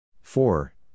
four